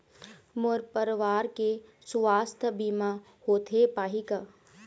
मोर परवार के सुवास्थ बीमा होथे पाही का?